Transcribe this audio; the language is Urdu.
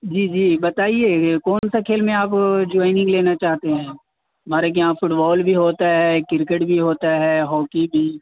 جی جی بتائیے کون سا کھیل میں آپ جوائنگ لینا چاہتے ہیں ہمارے کے یہاں فٹ بال بھی ہوتا ہے کرکٹ بھی ہوتا ہے ہاکی بھی